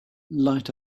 light